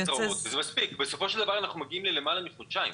בסופו של דבר מגיעים ליותר מחודשיים.